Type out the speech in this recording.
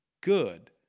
good